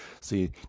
See